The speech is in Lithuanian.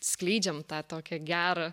skleidžiam tą tokią gerą